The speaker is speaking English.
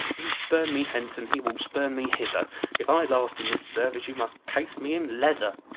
you spurn me hence, and he will spurn me hither if i last in this service, you must case me in leather.